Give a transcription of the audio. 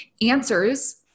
answers